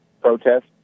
protest